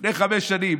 לפני חמש שנים,